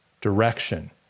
direction